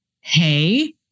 hey